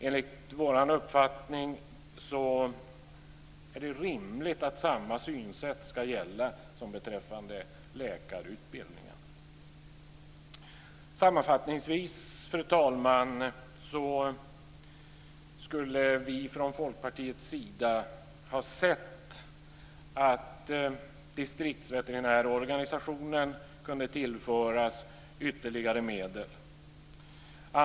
Enligt vår uppfattning är det rimligt att samma synsätt ska gälla som beträffande läkarutbildningen. Sammanfattningsvis, fru talman, skulle vi från Folkpartiets sida gärna ha sett att distriktsveterinärorganisationen kunde tillföras ytterligare medel.